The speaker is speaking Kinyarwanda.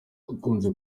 akunze